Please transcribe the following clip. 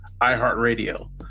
iHeartRadio